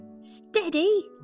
steady